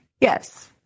Yes